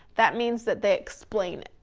that means that they explain it,